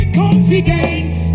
confidence